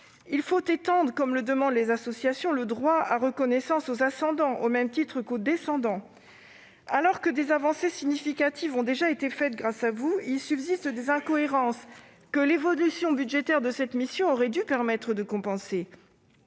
ces distorsions. Comme le demandent les associations, il faut étendre le droit à reconnaissance aux ascendants, au même titre qu'aux descendants. Alors que des avancées significatives ont déjà eu lieu grâce à vous, il subsiste des incohérences, que l'évolution budgétaire de cette mission aurait dû permettre de compenser.